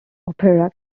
opera